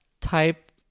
type